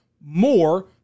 more